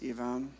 Ivan